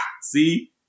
see